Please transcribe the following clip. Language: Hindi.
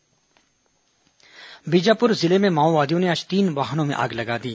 माओवादी आगजनी बीजापुर जिले में माओवादियों ने आज तीन वाहनों में आग लगा दी